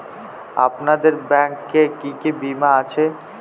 আপনাদের ব্যাংক এ কি কি বীমা আছে?